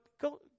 go